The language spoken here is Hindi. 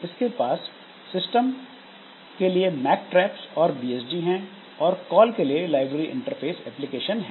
आपके पास सिस्टम के लिए मैक ट्रैप्स और बीएसडी हैं और कॉल के लिए लाइब्रेरी इंटरफ़ेस एप्लीकेशन है